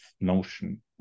notion